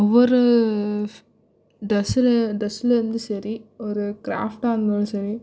ஒவ்வொரு ட்ரெஸில் ட்ரெஸ்லேருந்து சரி ஒரு கிராஃப்ட்டாக இருந்தாலும் சரி